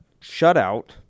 shutout